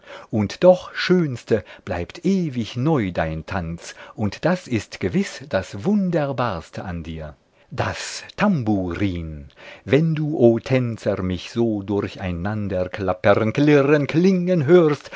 und doch schönste bleibt ewig neu dein tanz und das ist gewiß das wunderbarste an dir das tamburin wenn du o tänzer mich so durcheinander klappern klirren klingen hörst